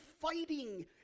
fighting